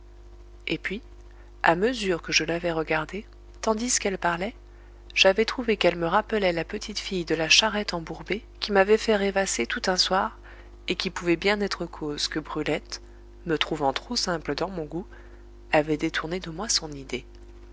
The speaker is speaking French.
et puis à mesure que je l'avais regardée tandis qu'elle parlait j'avais trouvé qu'elle me rappelait la petite fille de la charrette embourbée qui m'avait fait rêvasser tout un soir et qui pouvait bien être cause que brulette me trouvant trop simple dans mon goût avait détourné de moi son idée